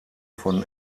von